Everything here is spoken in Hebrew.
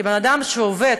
כי אדם שעובד